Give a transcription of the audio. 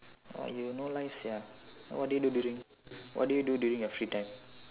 !wah! you no life sia what do you do during what do you do during your free time